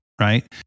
right